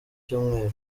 cyumweru